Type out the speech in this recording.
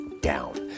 down